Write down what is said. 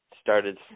started